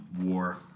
War